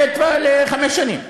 לחמש שנים,